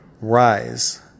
rise